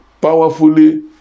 powerfully